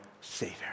Savior